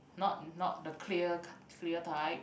not not the clear clear type